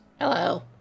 Hello